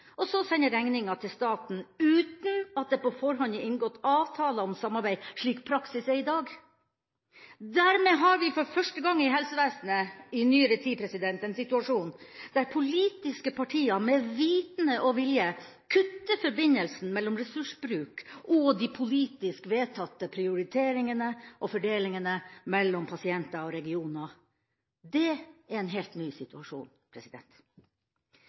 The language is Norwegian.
og så sende regninga til staten – uten at det på forhånd er inngått avtaler om samarbeid, slik praksis er i dag. Dermed har vi for første gang i helsevesenet i nyere tid en situasjon der politiske partier med vitende og vilje kutter forbindelsen mellom ressursbruk og de politisk vedtatte prioriteringene og fordelingene mellom pasienter og regioner. Det er en helt ny situasjon.